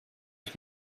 ich